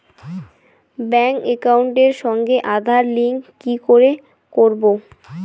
Bank একাউন্টের সঙ্গে Aadhaar link কি করে করবো?